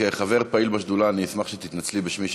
כחבר פעיל בשדולה אני אשמח אם תתנצלי בשמי כי